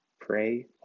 Pray